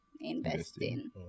investing